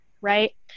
Right